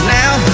now